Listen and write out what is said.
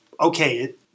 okay –